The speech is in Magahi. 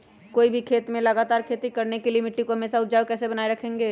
कोई भी खेत में लगातार खेती करने के लिए मिट्टी को हमेसा उपजाऊ कैसे बनाय रखेंगे?